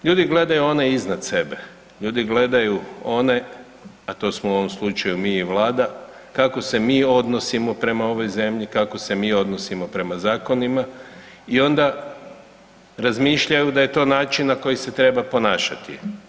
Ljudi gledaju one iznad sebe, ljudi gledaju one, a to smo u ovom slučaju mi i vlada, kako se mi odnosimo prema ovoj zemlji, kako se mi odnosimo prema zakonima i onda razmišljaju da je to način na koji se treba ponašati.